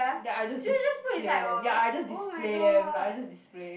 that I just display them ya I just display them like I just display